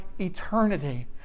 eternity